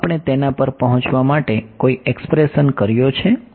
શું આપણે તેના પર પહોંચવા માટે કોઈ એપ્રોક્સીમેશન કર્યો છે